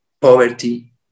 poverty